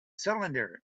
cylinder